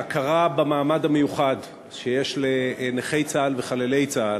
ההכרה במעמד המיוחד של נכי צה"ל וחללי צה"ל